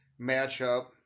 matchup